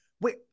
wait